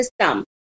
system